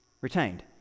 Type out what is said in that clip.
retained